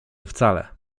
wcale